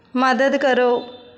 ਮਦਦ ਕਰੋ